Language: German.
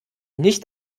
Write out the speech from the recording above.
nicht